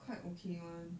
quite okay [one]